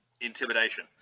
intimidation